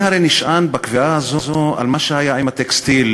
אני הרי נשען בקביעה הזו על מה שהיה עם הטקסטיל,